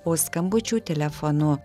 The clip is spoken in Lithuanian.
o skambučių telefonu